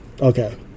Okay